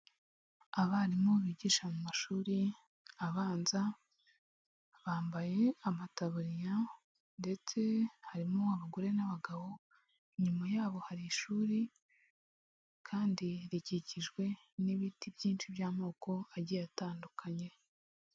Abarimu bigisha mu mashuri abanza, bambaye amataburiya ndetse harimo abagore n'abagabo, inyuma yabo hari ishuri kandi rikikijwe n'ibiti byinshi by'amoko agiye atandukanye.